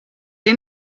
est